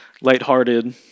lighthearted